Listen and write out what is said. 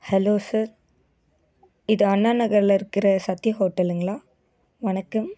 hello sir இது அண்ணா நகரில் இருக்கிற சக்தி ஹோட்டலுங்களா வணக்கம்